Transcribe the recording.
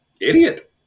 idiot